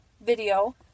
video